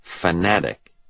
fanatic